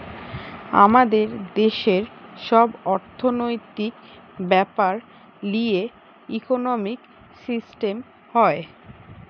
আমাদের দেশের সব অর্থনৈতিক বেপার লিয়ে ইকোনোমিক সিস্টেম হয়